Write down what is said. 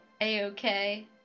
a-okay